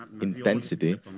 intensity